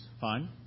fine